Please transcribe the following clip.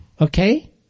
Okay